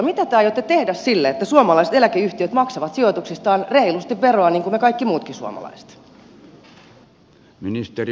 mitä te aiotte tehdä sille että suomalaiset eläkeyhtiöt maksavat sijoituksistaan reilusti veroa niin kuin me kaikki muutkin suomalaiset